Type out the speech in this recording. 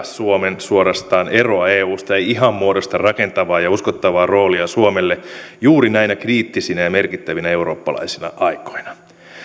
suomen eroa eusta ei ihan muodosta rakentavaa ja uskottavaa roolia suomelle juuri näinä kriittisinä ja merkittävinä eurooppalaisina aikoina